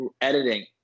editing